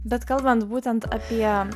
bet kalbant būtent apie